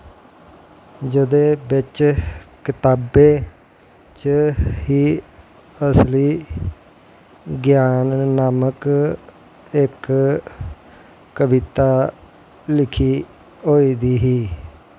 जेह्दे बिच्च कताबे च ही असली ज्ञान नामक इक कविता लिखी होई दी ही